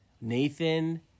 Nathan